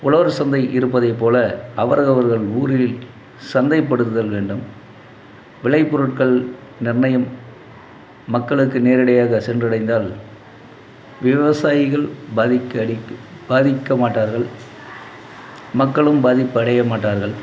உழவர் சந்தை இருப்பதை போல் அவர் அவர்கள் ஊரில் சந்தைபடுத்துதல் வேண்டும் விலை பொருட்கள் நிர்ணயம் மக்களுக்கு நேரடியாக சென்றடைந்தால் விவசாயிகள் பாதிக்க பாதிக்க மாட்டார்கள் மக்களும் பாதிப்பு அடைய மாட்டார்கள்